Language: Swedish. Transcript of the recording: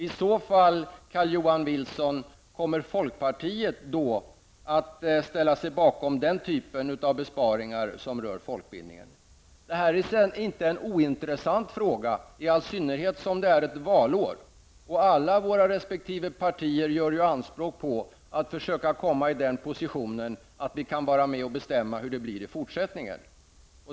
I så fall, Carl Johan Wilson, kommer folkpartiet då att ställa sig bakom den typen av besparingar? Det är inte en ointressant fråga, i all synnerhet som det är ett valår. Alla våra resp. partier gör ju anspråk på att komma i den positionen att de kan vara med och bestämma hur det blir i fortsättningen.